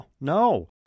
No